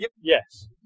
yes